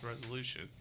resolution